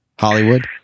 Hollywood